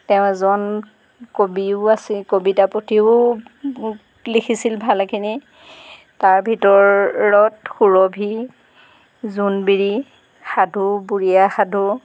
তেওঁ এজন কবিও আছে কবিতা পুথিও লিখিছিল ভালেখিনি তাৰ ভিতৰত সুৰভী জোনবিৰি সাধু বুঢ়ী আই সাধু